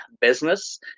business